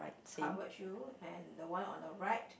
covered shoe and the one on the right